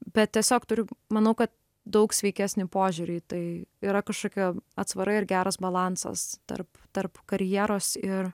bet tiesiog turiu manau kad daug sveikesnį požiūrį į tai yra kažkokia atsvara ir geras balansas tarp tarp karjeros ir